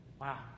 Wow